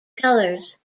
colors